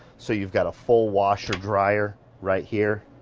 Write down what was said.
so you've got a full washer dryer right here,